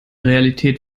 realität